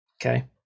Okay